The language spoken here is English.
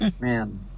Man